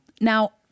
Now